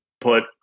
put